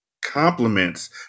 Compliments